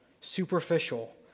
superficial